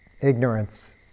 ignorance